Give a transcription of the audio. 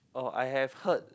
oh I have heard